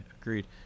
Agreed